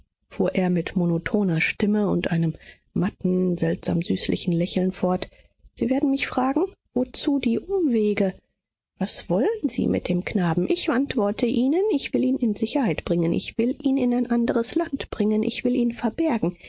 fuhr er mit monotoner stimme und einem matten seltsam süßlichen lächeln fort sie werden mich fragen wozu die umwege was wollen sie mit dem knaben ich antworte ihnen ich will ihn in sicherheit bringen ich will ihn in ein andres land bringen ich will ihn verbergen